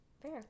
Fair